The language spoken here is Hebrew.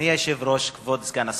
אדוני היושב-ראש, כבוד סגן השר,